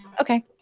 Okay